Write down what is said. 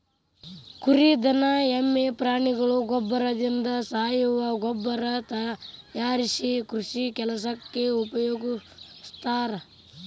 ಕುರಿ ದನ ಎಮ್ಮೆ ಪ್ರಾಣಿಗಳ ಗೋಬ್ಬರದಿಂದ ಸಾವಯವ ಗೊಬ್ಬರ ತಯಾರಿಸಿ ಕೃಷಿ ಕೆಲಸಕ್ಕ ಉಪಯೋಗಸ್ತಾರ